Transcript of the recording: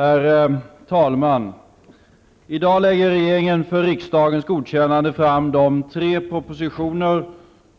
Herr talman! I dag lägger regeringen för riksdagens godkännande fram tre propositioner